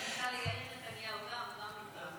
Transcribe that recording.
אני הגשתי בקשה ליאיר נתניהו, גם הוא נפגע.